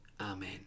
Amen